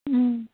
ꯎꯝ